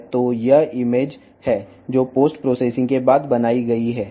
కాబట్టి post processing తర్వాత సృష్టించబడిన చిత్రం ఇది